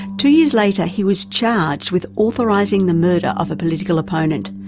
two years later, he was charged with authorising the murder of a political opponent,